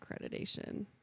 accreditation